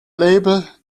label